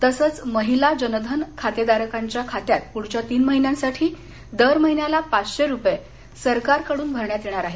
तसंच महिला जनधन खातेधारकांच्या खात्यात पृढच्या तीन महिन्यांसाठी दर महिन्याला पाचशे रूपये सरकारकडुन भरण्यात येणार आहेत